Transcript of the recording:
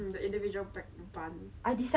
she found another worm in the food